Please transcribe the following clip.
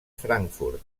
frankfurt